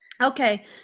Okay